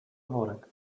worek